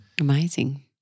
Amazing